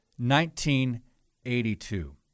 1982